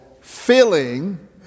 filling